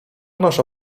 nasza